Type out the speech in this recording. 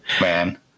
Man